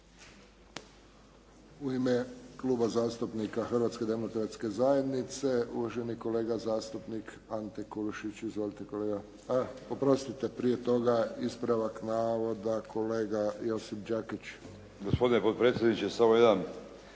U ime Kluba zastupnika Hrvatske demokratske zajednice, uvaženi kolega zastupnik Ante Kulušić. Izvolite kolega. Oprostite prije toga ispravak krivog navoda kolega Josip Đakić. **Đakić, Josip (HDZ)** Gospodine potpredsjedniče samo jedan